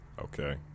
Okay